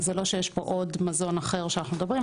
זה לא שיש פה עוד מזון אחר שאנחנו מדברים,